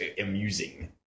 amusing